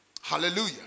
Hallelujah